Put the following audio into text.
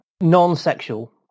non-sexual